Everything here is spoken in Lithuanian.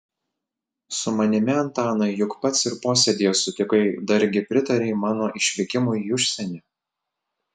su manimi antanai juk pats ir posėdyje sutikai dargi pritarei mano išvykimui į užsienį